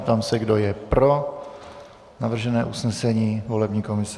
Ptám se, kdo je pro navržené usnesení volební komise.